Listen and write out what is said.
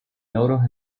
logros